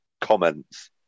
Comments